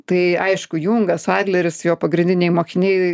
tai aišku jungas adleris jo pagrindiniai mokiniai